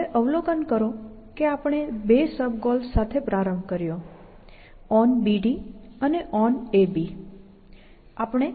હવે અવલોકન કરો કે આપણે બે સબ ગોલ્સ સાથે પ્રારંભ કર્યો onBD અને onAB